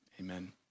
Amen